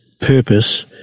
purpose